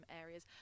areas